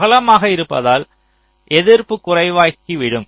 அகலமாக இருப்பதால் எதிர்ப்பு குறைவாகிவிடும்